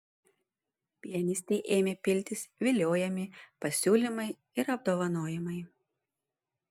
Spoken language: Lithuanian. pianistei ėmė piltis viliojami pasiūlymai ir apdovanojimai